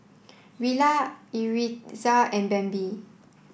Rilla Yaritza and Bambi